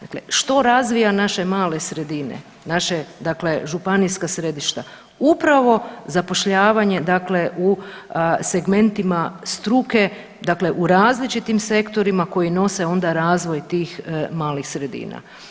Dakle što razvija naše male sredine, naše dakle županijska središta, upravo zapošljavanje dakle u segmentima struke, dakle u različitim sektorima koji nose onda razvoj tih malih sredina.